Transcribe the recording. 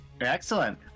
excellent